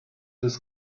his